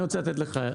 אני רוצה לתת לך עצה.